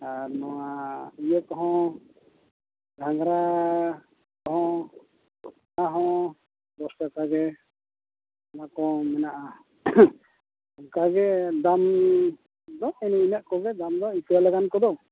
ᱟᱨ ᱱᱚᱣᱟ ᱤᱭᱟᱹ ᱠᱚᱦᱚᱸ ᱜᱷᱟᱸᱜᱽᱨᱟ ᱠᱚᱦᱚᱸ ᱚᱱᱟ ᱦᱚᱸ ᱫᱚᱥᱴᱟᱠᱟ ᱜᱮ ᱚᱱᱟ ᱠᱚᱦᱚᱸ ᱢᱮᱱᱟᱜᱼᱟ ᱚᱱᱠᱟ ᱜᱮ ᱫᱟᱢᱫᱚ ᱮᱱ ᱤᱱᱟᱹᱜ ᱠᱚᱜᱮ ᱫᱟᱢ ᱫᱚ ᱤᱛᱟᱹ ᱞᱟᱜᱟᱱ ᱠᱚᱫᱚ